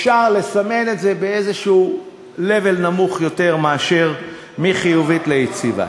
אפשר לסמן את זה באיזה level נמוך יותר מאשר מחיובית ליציבה.